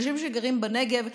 אנשים שגרים בנגב,